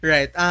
Right